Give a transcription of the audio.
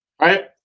right